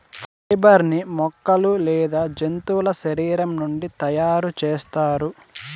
fibre ని మొక్కలు లేదా జంతువుల శరీరం నుండి తయారు చేస్తారు